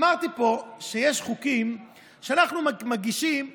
אמרתי פה שיש חוקים שאנחנו מגישים להתריס,